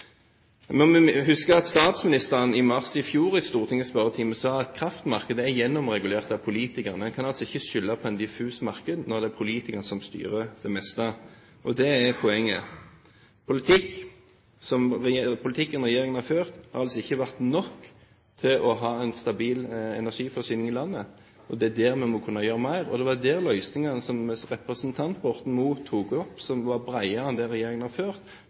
Vi må huske at statsministeren i mars i fjor i Stortingets spørretime sa at kraftmarkedet er gjennomregulert av politikerne. En kan altså ikke skylde på et diffust marked når det er politikerne som styrer det meste, og det er poenget. Politikken regjeringen har ført, har altså ikke vært nok til å ha en stabil energiforsyning i landet. Det er der vi må kunne gjøre mer, og det var der løsningene som representant Borten Moe tok opp, var bredere enn det regjeringen har ført.